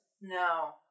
No